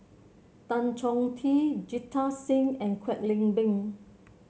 Tan Chong Tee Jita Singh and Kwek Leng Beng